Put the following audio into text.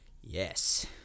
Yes